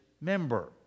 member